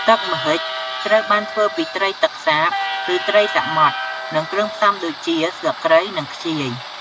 ទឹកម្ហិចត្រូវបានធ្វើពីត្រីទឹកសាប ឬត្រីសមុទ្រ និងគ្រឿងផ្សំដូចជា ស្លឹកគ្រៃ និងខ្ជាយ។